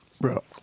Bro